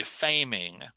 defaming